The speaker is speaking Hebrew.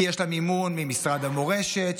כי יש לה מימון ממשרד המורשת,